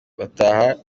bataha